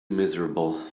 miserable